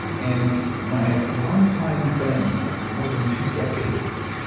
and my longtime friends, like for more than two decades,